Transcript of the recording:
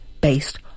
based